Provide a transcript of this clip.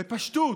בפשטות: